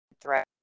threat